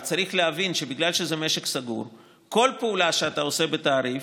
אבל צריך להבין שבגלל שזה משק סגור כל פעולה שאתה עושה בתעריף,